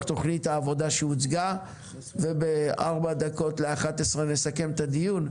תכנית העבודה שהוצגה ובארבע דקות ל-11:00 נסכם את הדיון.